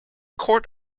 court